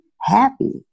happy